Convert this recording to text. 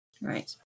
Right